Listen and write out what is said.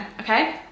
okay